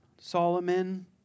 Solomon